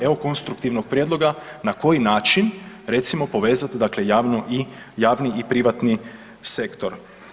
Evo konstruktivnog prijedloga na koji način recimo povezat dakle javno, javni i privatni sektor.